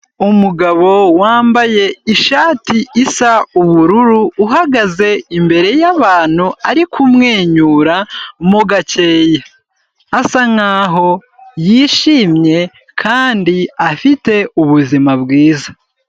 Umugabo wambaye ishati isa ubururu, uhagaze imbere y'abantu ari kumwenyura mo gakeya, asa nkaho yishimye kandi afite ubuzima bwiza.